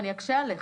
אני אקשה עליך.